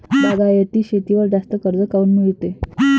बागायती शेतीवर जास्त कर्ज काऊन मिळते?